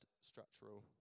structural